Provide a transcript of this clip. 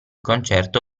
concerto